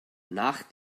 nach